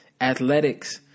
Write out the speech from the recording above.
athletics